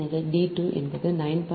எனவே d 2 என்பது 9